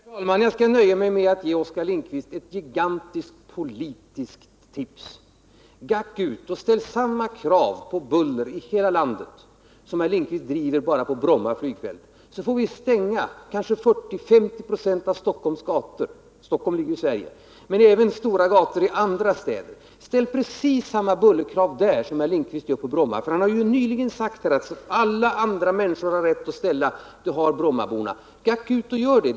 Herr talman! Jag skall nöja mig med att ge Oskar Lindkvist ett gigantiskt politiskt tips. Gack ut och ställ samma krav på buller i hela landet som herr Lindkvist ställer när det gäller Bromma flygfält. Vi får då stänga kanske 40 å 50 90 av Stockholms gator — Stockholm ligger i Sverige — men även stora gator i andra städer. Ställ precis samma bullerkrav som herr Lindkvist gör på Bromma! Han har ju nyss sagt att de krav som alla andra människor har rätt att ställa skall också brommaborna kunna ställa. Gack ut och ställ det kravet!